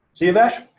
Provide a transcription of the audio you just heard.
jiavesh?